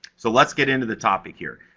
so, let's get into the topic here.